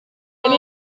elle